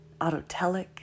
autotelic